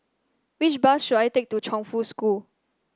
which bus should I take to Chongfu School